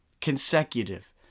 consecutive